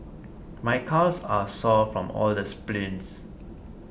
my calves are sore from all the sprints